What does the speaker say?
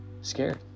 scared